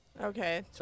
okay